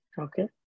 Okay